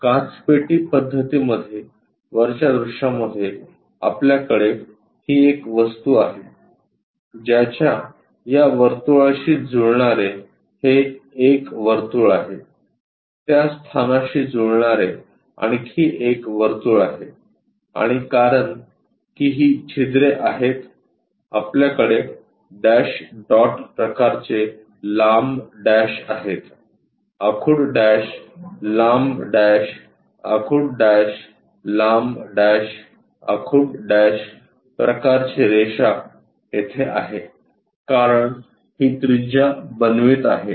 काचपेटी पद्धतीमध्ये वरच्या दृश्यामध्ये आपल्याकडे ही एक वस्तू आहे ज्याच्या या वर्तुळाशी जुळणारे हे एक वर्तुळ आहे त्या स्थानाशी जुळणारे आणखी एक वर्तुळ आहे आणि कारण की ही छिद्रे आहेत आपल्याकडे डॅश डॉट प्रकारचे लांब डॅश आहेतआखुड डॅश लांब डॅश आखुड डॅश लांब डॅश आखुड डॅश प्रकारची रेषा येथे आहे कारण ही त्रिज्या बनवित आहे